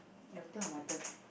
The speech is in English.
your turn or my turn